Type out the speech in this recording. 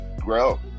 grow